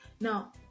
now